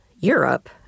Europe